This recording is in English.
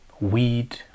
weed